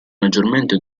maggiormente